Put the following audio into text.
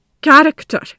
character